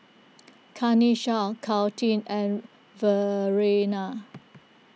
Kanesha Caitlin and Verena